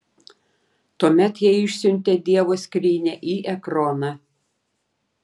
tuomet jie išsiuntė dievo skrynią į ekroną